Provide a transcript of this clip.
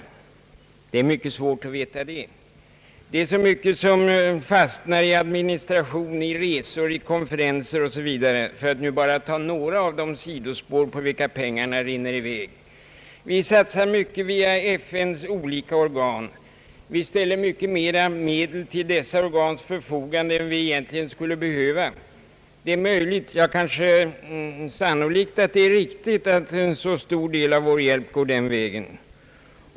Det är mycket svårt att veta det. Det är så myeket som fastnar i administration, i resor, i konferenser 0.s.v., för att nu bara ta några av de sidospår på vilka pengarna rinner i väg. Vi satsar mycket via FN:s olika organ. Vi ställer mycket mera medel till dessa organs förfogande än vi egentligen skulle behöva. Det är möjligt, ja, kanske sannolikt, att det är riktigt att en så stor del av vår hjälp går denna väg.